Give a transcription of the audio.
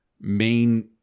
main